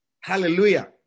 Hallelujah